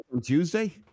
Tuesday